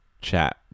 chat